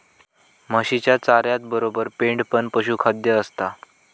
म्हशीच्या चाऱ्यातबरोबर पेंड पण पशुखाद्य असता